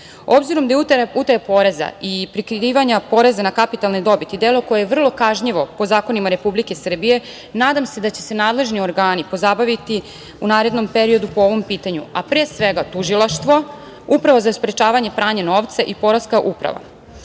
itd. Obzirom da je utaja poreza i prikrivanja poreza na kapitalne dobiti delo koje je vrlo kažnjivo po zakonima Republike Srbije nadam se da će se nadležni organi pozabaviti u narednom periodu po ovom pitanju, a pre svega tužilaštvo, Uprava za sprečavanje pranja novca i Poreska uprava.